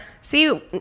See